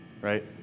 right